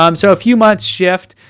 um so a few months shift.